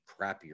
crappier